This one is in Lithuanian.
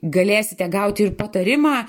galėsite gauti ir patarimą